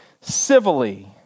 civilly